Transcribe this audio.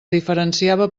diferenciava